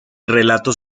relatos